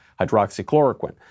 hydroxychloroquine